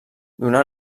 donà